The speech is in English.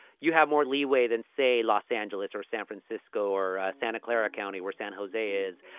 you have more leeway than, say, los angeles or san francisco or santa clara county where san jose is.